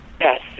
Yes